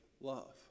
love